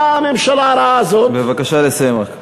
באה הממשלה הרעה הזאת, בבקשה לסיים רק.